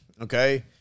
okay